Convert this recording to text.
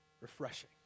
refreshing